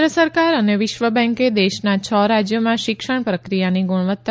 કેન્દ્ર સરકાર અને વિશ્વ બેંકે દેશના છ રાજયોમાં શિક્ષણ પ્રક્રિયાની ગુણવત્તા